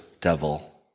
devil